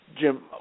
Jim